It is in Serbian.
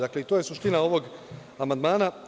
Dakle, to je suština ovog amandman.